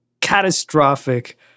catastrophic